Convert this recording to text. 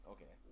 Okay